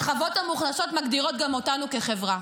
השכבות המוחלשות מגדירות גם אותנו כחברה,